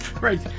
Right